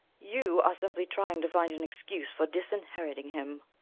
you are simply trying to find an excuse for disinheriting him.